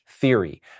theory